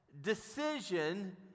decision